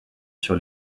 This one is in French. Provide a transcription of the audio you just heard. sur